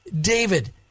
David